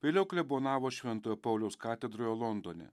vėliau klebonavo šventojo pauliaus katedroje londone